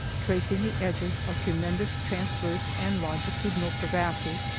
tracing the edges of tremendous transverse and longitudinal crevasses,